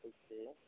okay